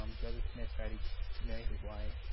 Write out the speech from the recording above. um joseph smith tried to marry his wife.